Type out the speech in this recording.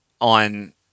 on